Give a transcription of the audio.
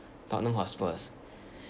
tottenham hotspurs